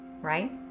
right